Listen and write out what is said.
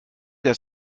das